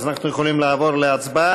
אז אנחנו יכולים לעבור להצבעה.